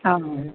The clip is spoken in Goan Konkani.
आं